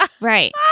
Right